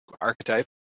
archetype